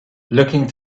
looking